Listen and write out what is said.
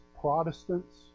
Protestants